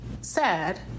sad